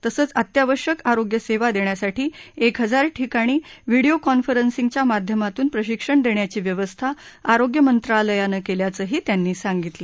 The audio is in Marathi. तसंच अत्यावश्यक आरोग्य सेवा देण्यासाठी एक हजार ठिकाणी व्हिडीओ कॉन्फरन्सींगच्या माध्यमातून प्रशिक्षण देण्याची व्यवस्था आरोग्य मंत्रालयानं केल्याचंही त्यांनी सांगितलं